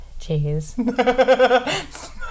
Jeez